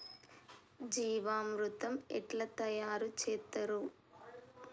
జీవామృతం ఎట్లా తయారు చేత్తరు?